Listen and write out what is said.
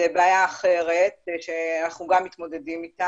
זו בעיה אחרת שאנחנו גם מתמודדים אתה